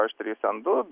h trys n du